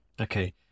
Okay